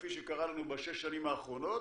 כפי שקרה לנו בשש השנים האחרונות,